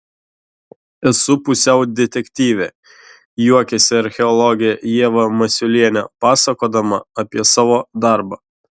esu pusiau detektyvė juokiasi archeologė ieva masiulienė pasakodama apie savo darbą